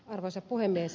arvoisa puhemies